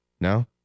No